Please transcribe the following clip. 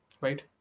right